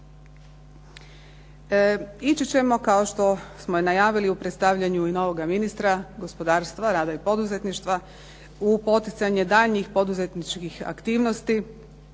Ići ćemo kao što smo i najavili u predstavljanju i novoga ministra gospodarstva, rada i poduzetništva u poticanje daljnjih poduzetničkih aktivnosti.